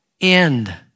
end